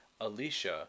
Alicia